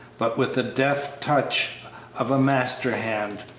but with the deft touch of a master hand,